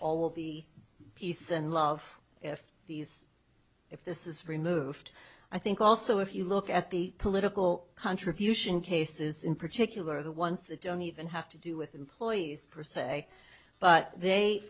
all the peace and love if these if this is removed i think also if you look at the political contribution cases in particular the ones that don't even have to do with employees per se but they